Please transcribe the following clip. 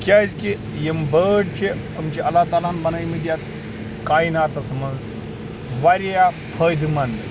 کیٛازکہِ یم بٲرڑ چھِ یِم چھِ اللہ تعالاہَن بَنٲیمتۍ یتھ کایناتَس مَنٛز واریاہ فٲیدٕ منٛد